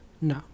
No